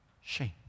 shame